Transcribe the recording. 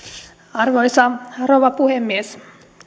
arvoisa rouva puhemies